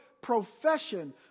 profession